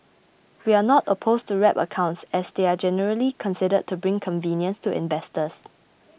we are not opposed to wrap accounts as they are generally considered to bring convenience to investors